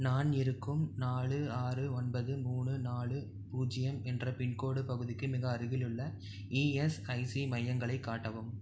நான் இருக்கும் நாலு ஆறு ஒன்பது மூணு நாலு பூஜ்ஜியம் என்ற பின்கோட் பகுதிக்கு மிக அருகிலுள்ள இஎஸ்ஐசி மையங்களைக் காட்டவும்